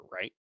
right